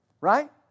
Right